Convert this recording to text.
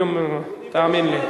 תאמין לי.